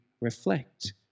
reflect